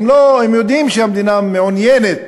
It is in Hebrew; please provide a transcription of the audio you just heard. יודעים שהמדינה מעוניינת